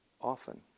Often